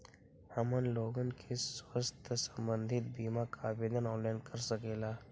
हमन लोगन के स्वास्थ्य संबंधित बिमा का आवेदन ऑनलाइन कर सकेला?